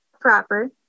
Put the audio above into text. proper